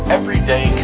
Everyday